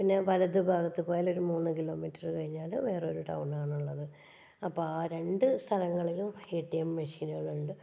പിന്നെ വലതു ഭാഗത്ത് പോയാൽ ഒരു മൂന്ന് കിലോ മീറ്റർ കഴിഞ്ഞാൽ വേറൊരു ടൗൺ ആണുള്ളത് അപ്പോൾ ആ രണ്ടു സ്ഥലങ്ങളിലും എ ടി എം മെഷീനുകളുണ്ട്